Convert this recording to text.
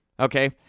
Okay